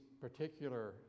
particular